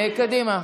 קדימה.